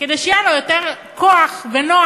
כדי שיהיה לו יותר כוח ויותר